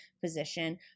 position